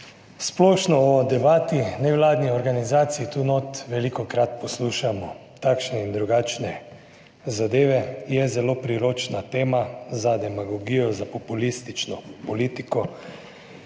splošno o debati nevladnih organizacij. Tu notri velikokrat poslušamo takšne in drugačne zadeve, je zelo priročna tema za demagogijo, za populistično politiko.